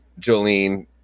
Jolene